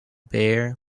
bare